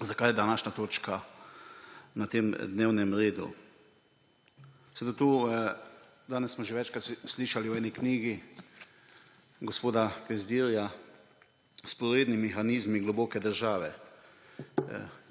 zakaj je današnja točka na tem dnevnem redu. Danes smo že večkrat slišali o knjigi gospoda Pezdirja Vzporedni mehanizmi globoke države,